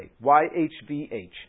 Y-H-V-H